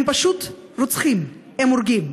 הם פשוט רוצחים, הם הורגים.